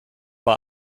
bei